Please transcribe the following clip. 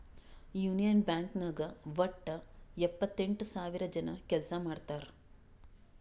union Bank ನಾಗ್ ವಟ್ಟ ಎಪ್ಪತ್ತೆಂಟು ಸಾವಿರ ಜನ ಕೆಲ್ಸಾ ಮಾಡ್ತಾರ್